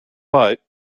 but